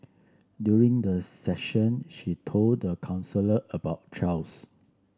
during the session she told the counsellor about Charles